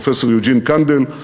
פרופסור יוג'ין קנדל.